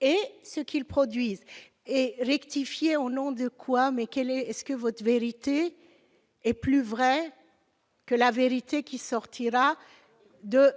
et ce qu'ils produisent et rectifier au nom de quoi mais quel est ce que votre vérité et plus vrai que la vérité qui sortira de,